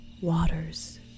waters